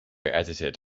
edited